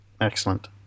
Excellent